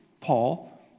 Paul